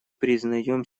признаем